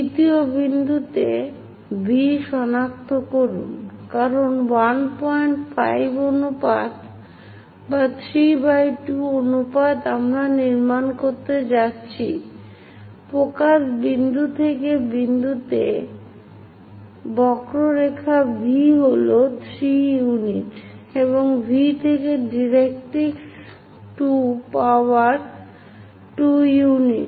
দ্বিতীয় বিন্দুতে V সনাক্ত করুন কারণ 15 অনুপাত বা 3 by 2 অনুপাত আমরা নির্মাণ করতে যাচ্ছি ফোকাস বিন্দু থেকে বিন্দুতে বক্ররেখা V হল 3 ইউনিট এবং V থেকে ডাইরেক্ট্রিক্স 2 পাওয়ার 2 ইউনিট